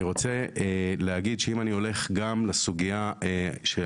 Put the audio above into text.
אני רוצה להגיד שאם אני הולך גם לסוגיה החוקית